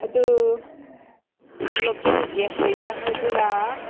ꯑꯗꯨ ꯂꯣꯀꯦꯜꯒꯤ ꯍꯩꯅꯧꯗꯨꯅ